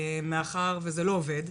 מאחר שזה לא עובד.